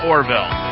Orville